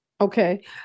Okay